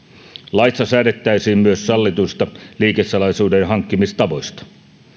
laissa säädettäisiin myös sallituista liikesalaisuuden hankkimistavoista